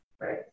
right